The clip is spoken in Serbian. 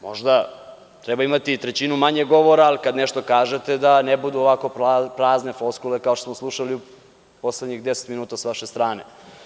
Možda treba imati i trećinu manje govora, ali kada nešto kažete da ne budu ovako prazne floskule, kao što smo slušali u poslednjih 10 minuta sa vaše strane.